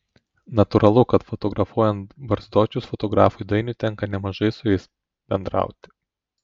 natūralu kad fotografuojant barzdočius fotografui dainiui tenka nemažai su jais bendrauti